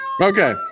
okay